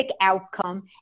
outcome